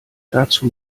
dazu